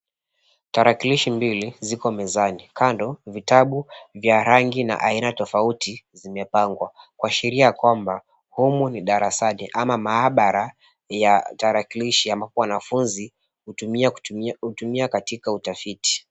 Tarakilishi mbili ziko mezani. Kando, vitabu vya rangi na aina tofauti zimepangwa kuashiria ya kwamba humu ni darasani ama maabara ya tarakilishi ambapo wanafunzi hutumia katika utafiti.